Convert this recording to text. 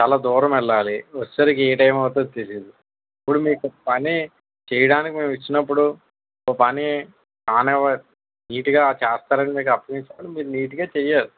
చాలా దూరం వెళ్ళాలి వచ్చేసరికి ఏ టైమ్ అవుతాదో తెలీదు ఇప్పుడు మీకు పని చెయ్యటానికి మేము ఇచ్చినప్పుడు ఒక పని ఆన్ ఎవర్ నీట్ గా చేస్తారని మీకు అప్పగించినప్పుడు మీరు నీట్ గా చెయ్యాలి